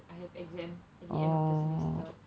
I have exam at the end of the semester